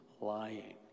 lying